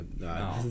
no